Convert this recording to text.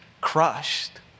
crushed